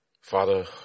Father